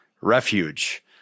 refuge